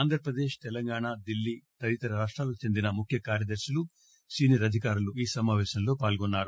ఆంధ్రప్రదేశ్ తెలంగాణ ఢిల్లీ తదితర రాష్టాలకు చెందిన ముఖ్య కార్యదర్తులు సీనియర్ అధికారులు ఈ సమాపేశంలో పాల్గొన్నారు